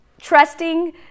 trusting